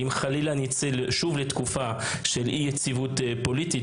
ואם חלילה נצא שוב לתקופה של אי יציבות פוליטית,